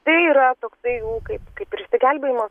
tai yra toksai kaip kaip ir išsigelbėjimas